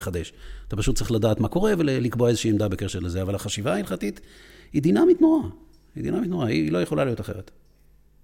חדש. אתה פשוט צריך לדעת מה קורה ולקבוע איזושהי עמדה בקשר לזה, אבל החשיבה ההלכתית היא דינאמית נורא, היא דינאמית נורא, היא לא יכולה להיות אחרת.